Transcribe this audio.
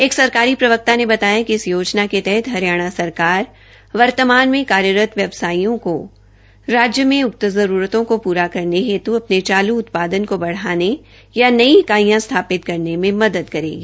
एक सरकारी प्रवक्ता ने बताया कि इस योजना के तहत हरियाणा सरकार वर्तमान में कार्यरत व्यवसायियों को राज्य में उक्त जरूरतों को पूरा करने हेत् अपने चालू उत्पादन को बढ़ाने या नई इकाइयां स्थापित करने में मदद करेगी